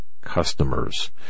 customers